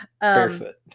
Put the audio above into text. barefoot